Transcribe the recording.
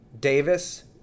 Davis